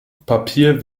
papier